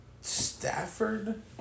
Stafford